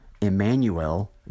Emmanuel